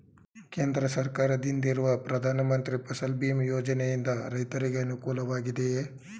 ಕೇಂದ್ರ ಸರ್ಕಾರದಿಂದಿರುವ ಪ್ರಧಾನ ಮಂತ್ರಿ ಫಸಲ್ ಭೀಮ್ ಯೋಜನೆಯಿಂದ ರೈತರಿಗೆ ಅನುಕೂಲವಾಗಿದೆಯೇ?